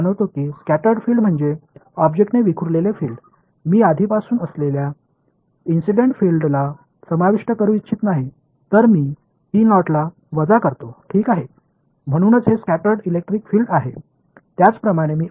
எனவே scattered field என்றால் மின்சார புலத்தில் பொருளின் முன்னிலையிலும் பொருள் இல்லாத போதும் உள்ள வேறுபாடு எனவே இந்த வார்த்தையின் அர்த்தம் ஸ்கடடு ஃபில்டு என்பது பொருளால் சிதறடிக்கப்பட்ட புலங்கள் என்பதாகும் ஏற்கனவே இருந்த சம்பவ புலத்தை நான் சேர்க்க விரும்பவில்லை